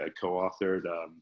co-authored